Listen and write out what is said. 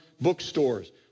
bookstores